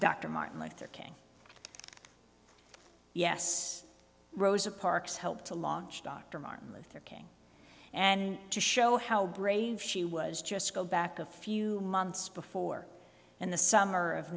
dr martin luther king yes rosa parks helped to launch dr martin luther king and to show how brave she was just to go back a few months before in the summer of